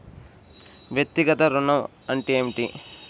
వ్యక్తిగత ఋణం అంటే ఏమిటి?